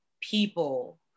people